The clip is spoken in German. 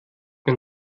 mir